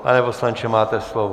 Pan poslanče, máte slovo.